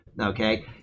Okay